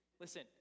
Listen